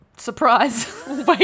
Surprise